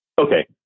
Okay